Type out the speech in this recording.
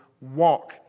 walk